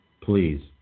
please